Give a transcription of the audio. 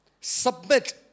Submit